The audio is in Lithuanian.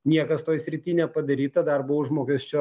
niekas toj srity nepadaryta darbo užmokesčio